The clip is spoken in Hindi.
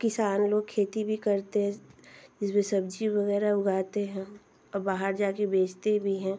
किसान लोग खेती भी करते हैं जिसमें सब्ज़ी वगेरह उगाते हैं बाहर जा कर बेचते भी हैं